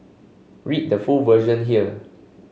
read the full version here